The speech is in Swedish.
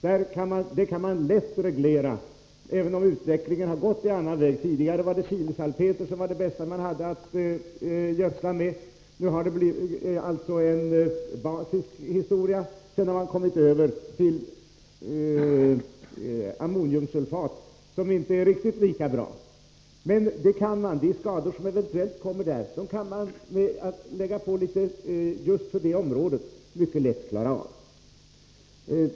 Den gödslingen kan vi lätt reglera, även om metoderna har ändrats. Tidigare var chilesalpeter det bästa man hade att gödsla med, alltså ett basiskt ämne, om min skolkemi sitter kvar. Nu har man gått över till ammoniumsulfat, som är surt och inte riktigt lika bra. De skador som eventuellt uppstår inom ett visst åkerområde kan man emellertid lätt klara av.